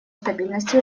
стабильности